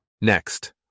Next